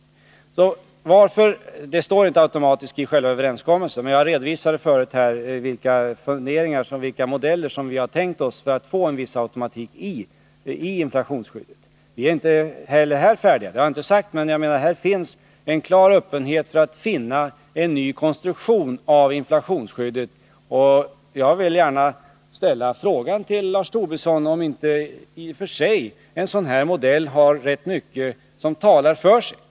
Ordet ”automatisk” står inte i själva överenskommelsen, men jag redovisade tidigare vilka modeller som vi har tänkt oss för 117 tiska åtgärder att få en viss automatik i inflationsskyddet. Vi är inte heller här färdiga, men det finns en klar öppenhet för att hitta en ny konstruktion av inflationsskyddet. Jag vill gärna fråga Lars Tobisson om inte en sådan inflationsdämpande indexering som jag tidigare beskrev har rätt mycket som talar för sig.